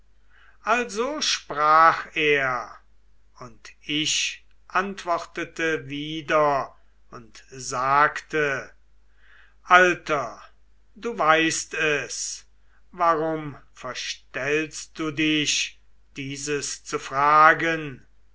also sprach er und ich antwortete wieder und sagte alter du weißt es warum verstellst du dich dieses zu fragen